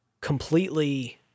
completely